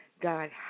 God